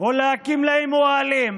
או להקים להם אוהלים.